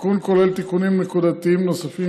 התיקון כולל תיקונים נקודתיים נוספים,